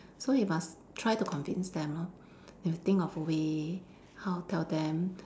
so you must try to convince them lor you've think of a way how to tell them